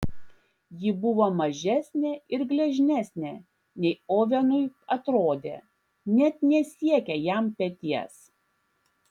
ji buvo mažesnė ir gležnesnė nei ovenui atrodė net nesiekė jam peties